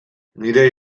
nire